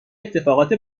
اتفاقات